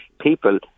People